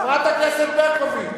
חברת הכנסת ברקוביץ.